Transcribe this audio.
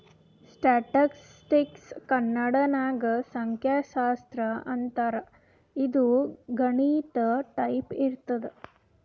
ಸ್ಟ್ಯಾಟಿಸ್ಟಿಕ್ಸ್ಗ ಕನ್ನಡ ನಾಗ್ ಸಂಖ್ಯಾಶಾಸ್ತ್ರ ಅಂತಾರ್ ಇದು ಗಣಿತ ಟೈಪೆ ಇರ್ತುದ್